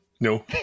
no